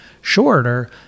shorter